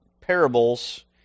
parables